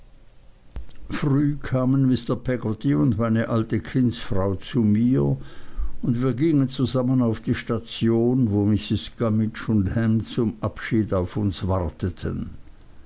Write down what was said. früh kamen mr peggotty und meine alte kindsfrau zu mir und wir gingen zusammen auf die station wo mrs gummidge und ham zum abschied auf uns warteten